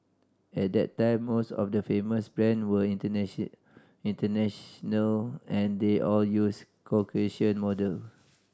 at that time most of the famous brand were international and they all used Caucasian model